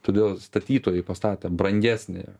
todėl statytojai pastatė brangesnį